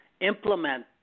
implement